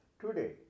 Today